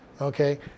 Okay